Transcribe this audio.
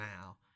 now